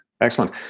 Excellent